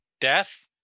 Death